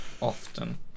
often